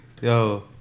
yo